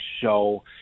show